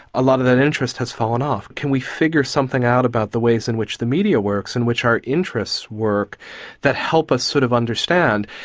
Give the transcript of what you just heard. a lot of that interest has fallen off? can we figure something out about the ways in which the media works and which our interests work that help us sort of understand,